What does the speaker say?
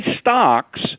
stocks